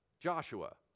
joshua